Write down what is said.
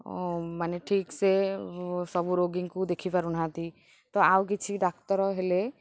ମାନେ ଠିକ୍ସେ ସବୁ ରୋଗୀଙ୍କୁ ଦେଖିପାରୁନାହାନ୍ତି ତ ଆଉ କିଛି ଡାକ୍ତର ହେଲେ